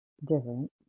different